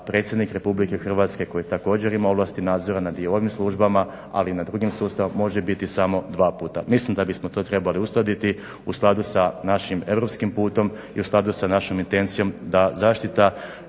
predsjednik Republike Hrvatske koji također ima ovlasti nadzora nad i ovim službama, ali i nad drugim sustavom može biti samo dva puta. Mislim da bismo to trebali uskladiti u skladu s našim europskim putom i u skladu sa našom intencijom da zaštita